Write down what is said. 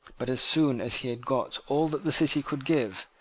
but, as soon as he had got all that the city could give,